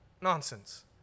Nonsense